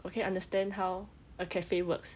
okay understand how a cafe works